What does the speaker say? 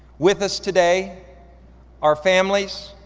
with us today are families,